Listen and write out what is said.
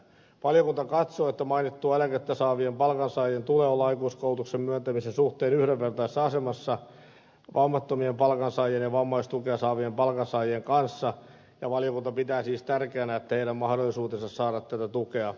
valiokunta katsoi että mainittua eläkettä saavien palkansaajien tulee olla aikuiskoulutuksen myöntämisen suhteen yhdenvertaisessa asemassa vammattomien palkansaajien ja vammaistukea saavien palkansaajien kanssa ja valiokunta pitää siis tärkeänä että heidän mahdollisuutensa saada tätä tukea selvitetään